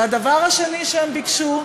הדבר השני שהם ביקשו,